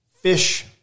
fish